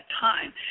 time